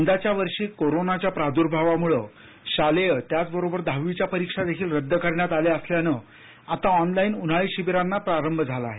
यंदाच्या वर्षी कोरोनाच्या प्रादुर्भावामुळं शालेय त्याचबरोबर दहावीच्या परीक्षा देखील रद्द करण्यात आल्यानं आता ऑनलाईन उन्हाळी शिबिरांना प्रारंभ झाला आहे